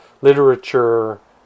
literature